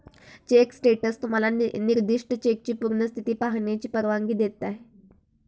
check status तुम्हाला निर्दिष्ट चेकची पूर्ण स्थिती पाहण्याची परवानगी देते